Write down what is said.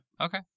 Okay